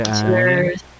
Cheers